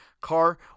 car